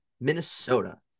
Minnesota